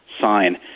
sign